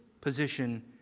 position